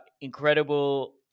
incredible